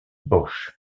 bosch